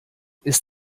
ist